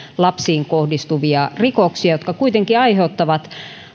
lapsiin kohdistuvia rikoksia jotka kuitenkin aiheuttavat